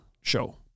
show